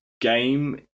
Game